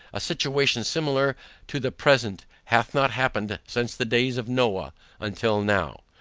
a situation, similar to the present, hath not happened since the days of noah until now.